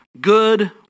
good